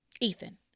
Ethan